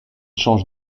change